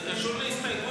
זה קשור להסתייגות?